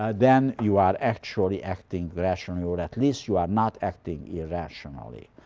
ah then you are actually acting rationally, or at least you are not acting irrationally.